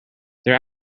their